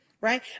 right